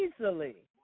easily